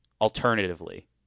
alternatively